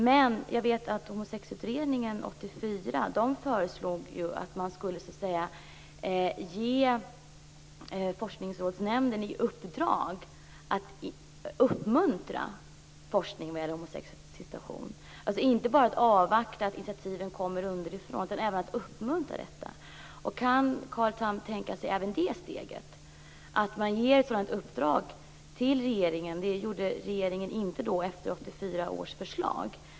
Men jag vet att Homosexutredningen från 1984 föreslog att man skulle ge Forskningsrådsnämnden i uppdrag att uppmuntra forskning vad gäller homosexuellas situation. Man skulle inte bara avvakta att initiativen kommer underifrån utan även uppmuntra sådana. Kan Carl Tham tänka sig även det steget att ge ett sådant uppdrag från regeringen? Det gjorde regeringen inte efter 1984 års förslag.